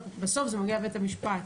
ובסוף זה מגיע לבית המשפט.